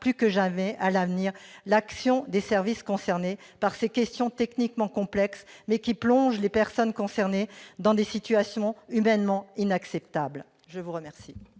plus que jamais à l'avenir l'action des services concernés par ces questions techniquement complexes, mais qui plongent les personnes dont il s'agit dans des situations humainement inacceptables. La parole